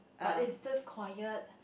but it's just quiet